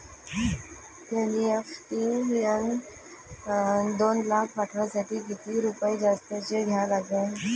NEFT न दोन लाख पाठवासाठी किती रुपये जास्तचे द्या लागन?